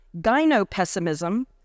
gyno-pessimism